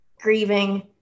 grieving